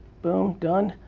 boom, done.